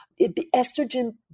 Estrogen